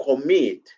commit